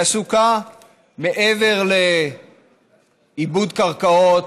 היא עסוקה, מעבר לעיבוד קרקעות,